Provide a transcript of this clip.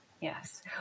yes